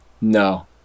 No